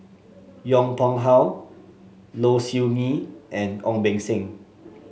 Yong Pung How Low Siew Nghee and Ong Beng Seng